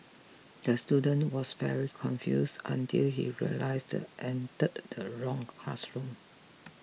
the student was very confused until he realised entered the wrong classroom